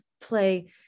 play